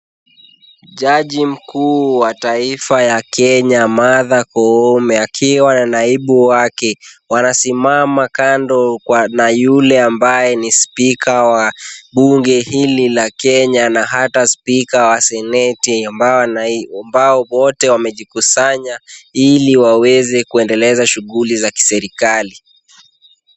Jaji mkuu wa taifa ya kenya Martha Koome akiwa na naibu wake, wanasimama kando na yule ambaye ni speaker wa bunge hili la kenya na hata speaker wa Seneti ambao wote wamejikusanya ili waweze kuendeleza shughuli za kiserikali.